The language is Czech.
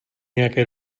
nějaké